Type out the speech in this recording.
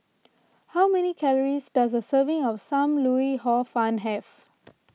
how many calories does a serving of Sam Lau Hor Fun have